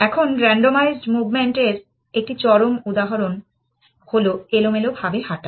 এখন randomized movement এর একটি চরম উদাহরণ হল এলোমেলো ভাবে হাঁটা